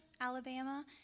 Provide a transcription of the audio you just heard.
Alabama